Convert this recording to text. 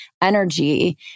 energy